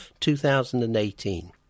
2018